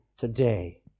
today